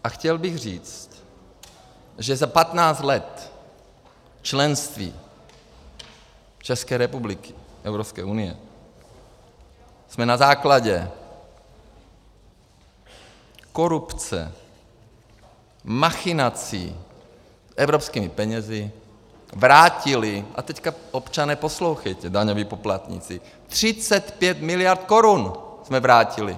A chtěl bych říct, že za 15 let členství České republiky v Evropské unii jsme na základě korupce, machinací s evropskými penězi vrátili a teď občané poslouchejte, daňoví poplatníci 35 miliard korun jsme vrátili.